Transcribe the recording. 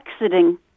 exiting